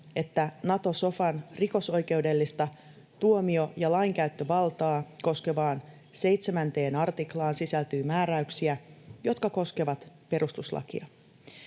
että Nato-sofan rikosoikeudellista tuomio- ja lainkäyttövaltaa koskevaan 7 artiklaan sisältyy määräyksiä, jotka koskevat perustuslakia.